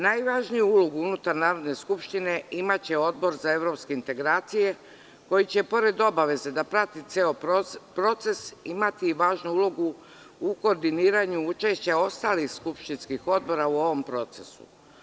Najvažniju ulogu unutar Narodne skupštine imaće Odbor za evropske integracije, koji će pored obaveze da prati ceo proces, imati i važnu ulogu u koordiniranju učešća ostalih skupštinskih odbora u ovom procesu.